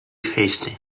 hasty